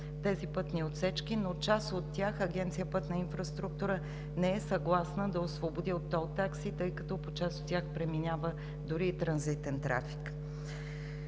тези отсечки, но част от тях Агенция „Пътна инфраструктура“ не е съгласна да освободи от тол такси, тъй като по част от тях преминава дори и транзитен трафик.